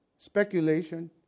speculation